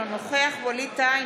אינו נוכח ווליד טאהא,